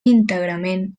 íntegrament